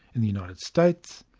in the united states,